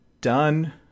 done